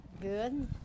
Good